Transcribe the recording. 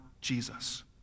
Jesus